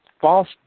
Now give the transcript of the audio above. false